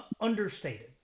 understated